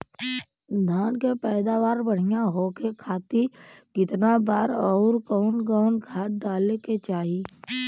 धान के पैदावार बढ़िया होखे खाती कितना बार अउर कवन कवन खाद डाले के चाही?